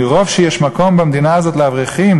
"מרוב שיש מקום במדינה הזאת לאברכים,